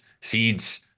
seeds